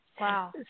Wow